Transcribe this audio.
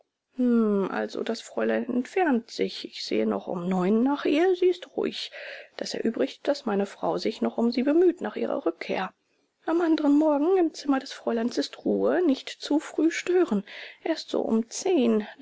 also das fräulein entfernt sich ich sehe noch um neun nach ihr sie ist ruhig das erübrigt daß meine frau sich noch um sie bemüht nach ihrer rückkehr am anderen morgen im zimmer des fräuleins ist ruhe nicht zu früh stören erst so um zehn